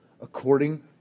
According